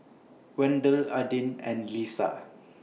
Wendel Adin and Leesa